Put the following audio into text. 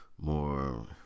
more